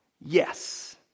Yes